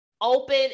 open